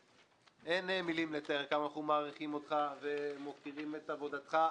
אין מילים לתאר עד כמה אנחנו מעריכים אותך ומוקירים את עבודתך.